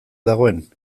dagoen